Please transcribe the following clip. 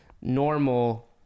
normal